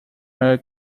her